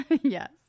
Yes